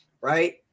Right